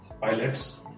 pilots